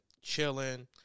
chilling